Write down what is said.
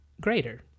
greater